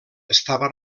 estava